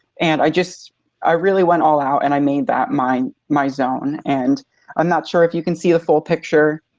and i just really went all out and i made that my my zone. and i'm not sure if you can see the full picture,